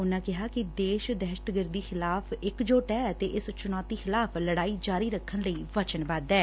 ਉਨਾਂ ਕਿਹਾ ਕਿ ਦੇਸ਼ ਦਹਿਸ਼ਤਗਰਦੀ ਖਿਲਾਫ਼ ਇਕਜੁੱਟ ਐ ਅਤੇ ਇਸ ਚੁਣੌਤੀ ਖ਼ਿਲਾਫ਼ ਲਤਾਈ ਜਾਰੀ ਰੱਖਣ ਲਈ ਵਚਨਬੱਧ ਐ